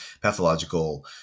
pathological